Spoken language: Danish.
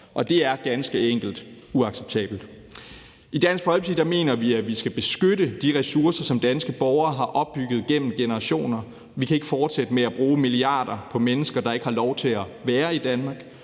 Det er ganske enkelt uacceptabelt. I Dansk Folkeparti mener vi, at vi skal beskytte de ressourcer, som danske borgere har opbygget gennem generationer. Vi kan ikke fortsætte med at bruge milliarder på mennesker, der ikke har lov til at være i Danmark.